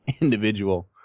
individual